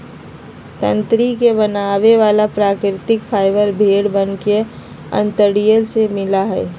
तंत्री के बनावे वाला प्राकृतिक फाइबर भेड़ वन के अंतड़ियन से मिला हई